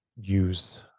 use